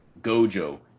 gojo